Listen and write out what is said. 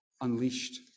unleashed